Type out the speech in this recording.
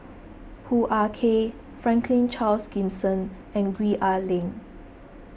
Hoo Ah Kay Franklin Charles Gimson and Gwee Ah Leng